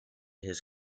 his